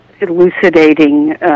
elucidating